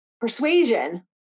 persuasion